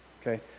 Okay